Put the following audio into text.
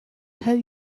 have